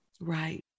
Right